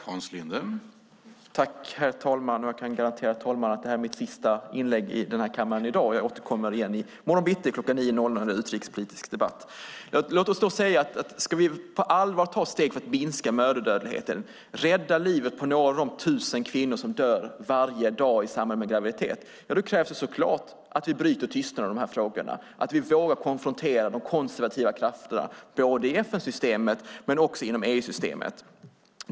Herr talman! Jag kan garantera talmannen att det här är mitt sista inlägg i kammaren i dag. Jag återkommer i morgon bitti kl. 9.00 i utrikespolitisk debatt. Låt oss då säga att om vi på allvar ska ta steg för att minska mödradödligheten, rädda livet på några av de tusen kvinnor som varje dag dör i samband med graviditet, krävs det så klart att vi bryter tystnaden i de här frågorna, att vi vågar konfrontera de konservativa krafterna, både i FN-systemet och även i EU-systemet.